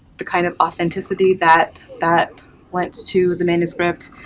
the kind of authenticity that that went to the manuscript